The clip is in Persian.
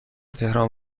تهران